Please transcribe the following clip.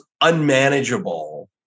unmanageable